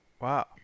Wow